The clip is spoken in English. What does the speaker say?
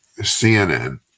cnn